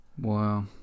Wow